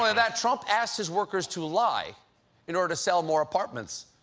that, trump asked his workers to lie in order to sell more apartments,